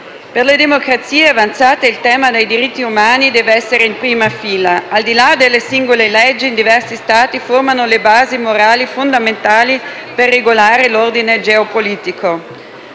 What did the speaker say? Per le democrazie avanzate il tema dei diritti umani deve essere in prima fila. Al di là delle singole leggi in diversi Stati, essi formano le basi morali fondamentali per regolare l'ordine geopolitico.